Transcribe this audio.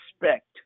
respect